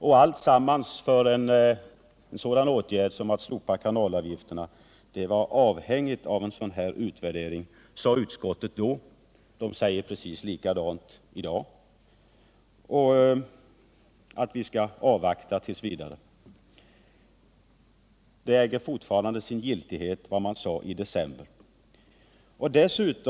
Utskottet sade också att ett slopande av kanalavgifterna var avhängigt av en sådan utvärdering. Utskottet säger precis likadant i dag, dvs. att vi skall avvakta t. v. Det som sades i december äger fortfarande sin giltighet för utskottsmajoriteten.